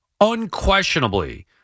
unquestionably